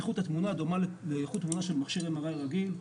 איכות התמונה דומה לאיכות תמונה של מכשיר MRI רגיל.